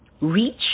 reach